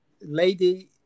lady